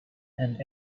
and